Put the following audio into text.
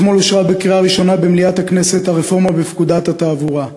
אתמול אושרה במליאת הכנסת בקריאה ראשונה הרפורמה בפקודת התעבורה.